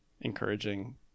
encouraging